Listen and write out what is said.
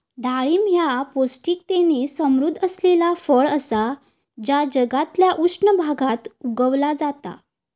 डाळिंब ह्या पौष्टिकतेन समृध्द असलेला फळ असा जा जगातल्या उष्ण भागात उगवला जाता